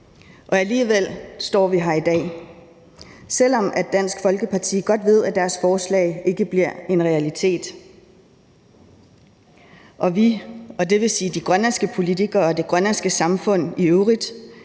og alligevel står vi her i dag, selv om Dansk Folkeparti godt ved, at deres forslag ikke bliver en realitet. Vi, dvs. de grønlandske politikere og det grønlandske samfund i øvrigt,